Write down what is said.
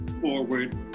forward